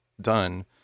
done